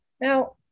Now